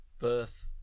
birth